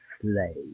slave